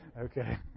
Okay